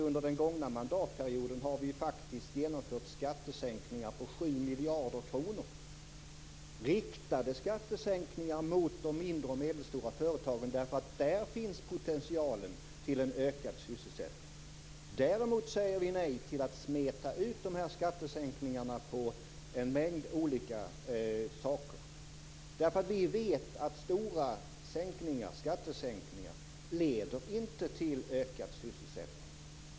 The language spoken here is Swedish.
Under den gångna mandatperioden har vi genomfört skattesänkningar på 7 miljarder kronor, skattesänkningar som har varit riktade mot de mindre och medelstora företagen därför att där finns potentialen för en ökad sysselsättning. Däremot säger vi nej till att smeta ut dessa skattesänkningar på en mängd olika saker. Vi vet att stora skattesänkningar inte leder till ökad sysselsättning.